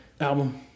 album